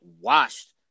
washed